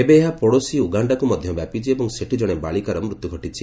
ଏବେ ଏହା ପଡୋଶୀ ଉଗାଶ୍ଡାକୁ ମଧ୍ୟ ବ୍ୟାପିଛି ଏବଂ ସେଠି ଜଣେ ବାଳିକାର ମୃତ୍ୟୁ ଘଟିଛି